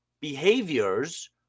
behaviors